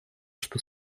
что